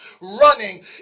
running